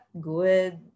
good